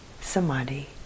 samadhi